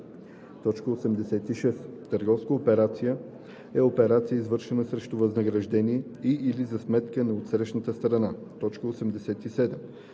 86. „Търговска операция“ е операция, извършвана срещу възнаграждение и/или за сметка на отсрещната страна. 87.